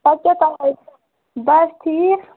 پَتہٕ کیٛاہ بَس ٹھیٖک